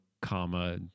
comma